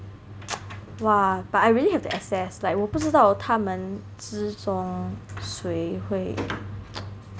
!wah! but I really have to assess like 我不知道他们之中谁会